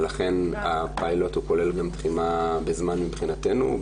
ולכן הפיילוט כולל גם תחימה בזמנים מבחינתנו.